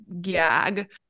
gag